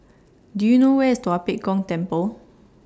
Do YOU know Where IS Tua Pek Kong Temple